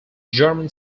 german